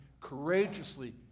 courageously